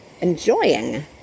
enjoying